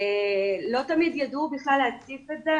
לא תמיד ידעו בכלל להציף את זה,